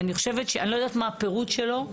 ואני לא יודעת מה הפירוט שלו,